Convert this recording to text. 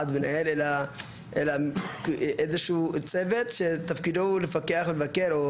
מנהל אלא איזשהו צוות שתפקידו לפקח על המבקר?